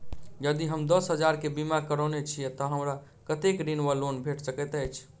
यदि हम दस हजार केँ बीमा करौने छीयै तऽ हमरा कत्तेक ऋण वा लोन भेट सकैत अछि?